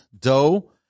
dough